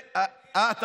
אני עד.